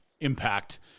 impact